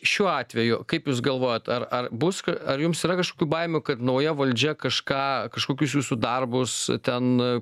šiuo atveju kaip jūs galvojat ar ar bus ar jums yra kažkokių baimių kad nauja valdžia kažką kažkokius jūsų darbus ten